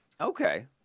Okay